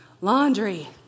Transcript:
laundry